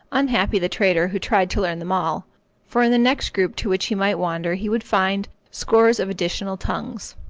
unhappy the trader who tried to learn them all for in the next group to which he might wander he would find scores of additional tongues.